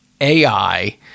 AI